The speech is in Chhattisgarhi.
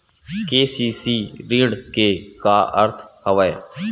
के.सी.सी ऋण के का अर्थ हवय?